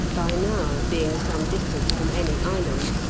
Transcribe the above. by now being some distance from any island,